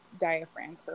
diaphragm